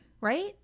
right